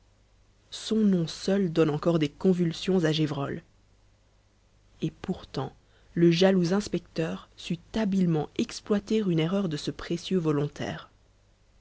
son nom seul donne encore des convulsions à gévrol et pourtant le jaloux inspecteur sut habilement exploiter une erreur de ce précieux volontaire